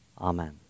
Amen